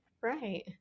Right